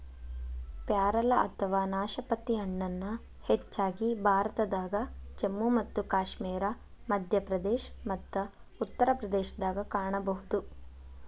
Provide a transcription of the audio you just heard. ಪ್ಯಾರಲ ಅಥವಾ ನಾಶಪತಿ ಹಣ್ಣನ್ನ ಹೆಚ್ಚಾಗಿ ಭಾರತದಾಗ, ಜಮ್ಮು ಮತ್ತು ಕಾಶ್ಮೇರ, ಮಧ್ಯಪ್ರದೇಶ ಮತ್ತ ಉತ್ತರ ಪ್ರದೇಶದಾಗ ಕಾಣಬಹುದು